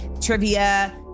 trivia